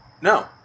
No